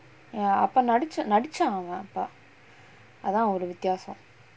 அப்ப நடிச்ச நடிச்சான் அவன் அப்ப அதான் ஒரு வித்தியாசம்:appa nadicha nadichaan avan appa athan oru vithyasam